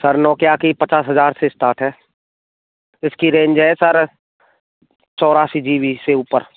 sir Nokia की पच्चास हज़ार से स्टार्ट है इसकी रेंज है सर चौरासी जीबी से ऊपर